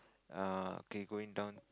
err okay going down